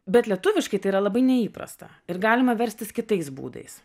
bet lietuviškai tai yra labai neįprasta ir galima verstis kitais būdais